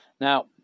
Now